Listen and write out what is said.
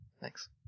Thanks